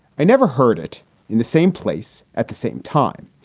i never heard it in the same place. at the same time,